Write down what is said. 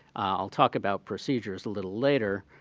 i'll talk about procedures a little later,